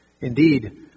Indeed